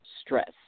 stress